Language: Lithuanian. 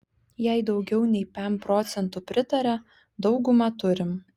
jei daugiau nei pem procentų pritaria daugumą turim